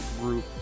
group